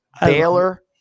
Baylor